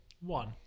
one